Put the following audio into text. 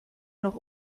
noch